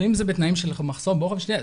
לפעמים זה בתנאים של מחסור באוכל ושתייה.